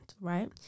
right